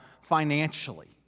financially